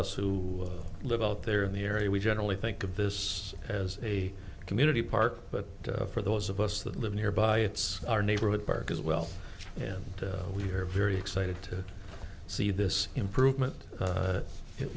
us who live out there in the area we generally think of this as a community park but for those of us that live nearby it's our neighborhood park as well and we're very excited to see this improvement